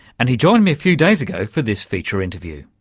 and he joined me a few days ago for this feature interview.